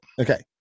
Okay